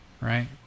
Right